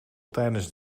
tijdens